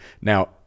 Now